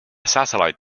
satellite